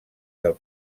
del